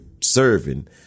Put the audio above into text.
serving